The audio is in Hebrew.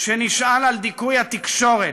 שנשען על דיכוי התקשורת,